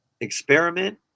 experiment